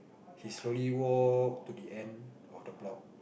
he slowly walk to the end of the block